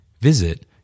Visit